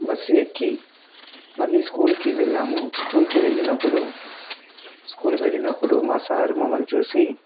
bus ఎక్కి మళ్ళీ స్కూలుకి వెళ్ళాము స్కూలుకి వెళ్ళినప్పుడు స్కూలుకు వెళ్ళినప్పుడు మా సార్ మమ్మల్ని చూసి